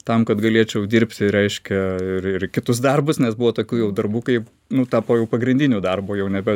tam kad galėčiau dirbti reiškia ir ir kitus darbus nes buvo tokių jau darbų kaip nu tapo jau pagrindiniu darbu jau nebe